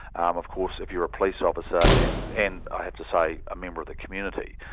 um of course if you're a police officer, and and i have to say, a member of the community,